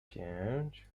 pięć